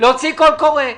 להוציא קול קורא.